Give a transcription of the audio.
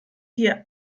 hier